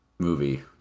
movie